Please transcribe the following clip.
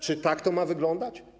Czy tak to ma wyglądać?